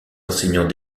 enseignants